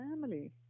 family